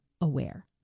aware